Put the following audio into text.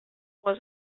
was